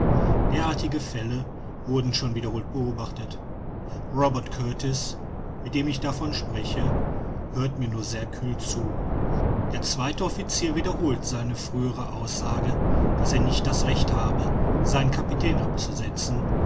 derartige fälle wurden schon wiederholt beobachtet robert kurtis mit dem ich davon spreche hört mir nur sehr kühl zu der zweite officier wiederholt seine frühere aussage daß er nicht das recht habe seinen kapitän abzusetzen